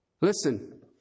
Listen